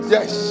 Yes